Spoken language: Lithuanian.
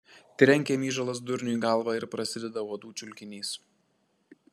trenkia myžalas durniui į galvą ir prasideda uodų čiulkinys